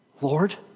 Lord